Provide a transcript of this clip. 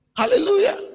Hallelujah